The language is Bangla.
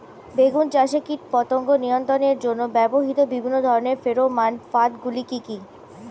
বেগুন চাষে কীটপতঙ্গ নিয়ন্ত্রণের জন্য ব্যবহৃত বিভিন্ন ধরনের ফেরোমান ফাঁদ গুলি কি কি?